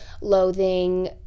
loathing